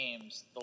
games